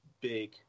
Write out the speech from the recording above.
big